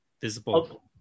Visible